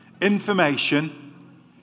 Information